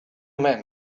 men